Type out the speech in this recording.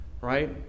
right